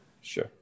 Sure